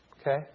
Okay